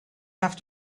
have